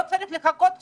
לא צריך לחכות שבועיים.